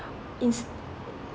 ins~